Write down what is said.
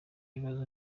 ibibazo